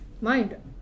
mind